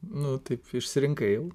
nu taip išsirinkai jau